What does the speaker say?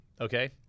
Okay